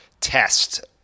test